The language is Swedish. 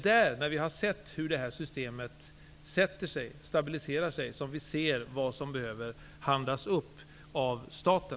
När vi har sett hur systemet stabiliserat sig, kan vi avgöra vad som behöver handlas upp av staten.